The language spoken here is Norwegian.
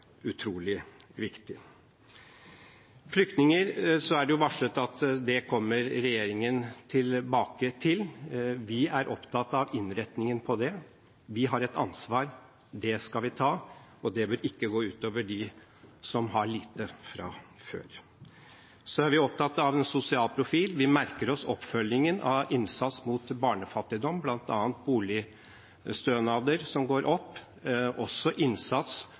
det gjelder flyktninger, er det varslet at det kommer regjeringen tilbake til. Vi er opptatt av innretningen på det. Vi har et ansvar – det skal vi ta – og det bør ikke gå ut over dem som har lite fra før. Så er vi opptatt av en sosial profil. Vi merker oss oppfølgingen av innsats mot barnefattigdom, bl.a. at boligstønader går opp. Også innsats